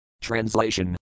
Translation